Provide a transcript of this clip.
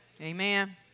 Amen